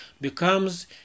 becomes